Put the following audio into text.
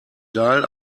geil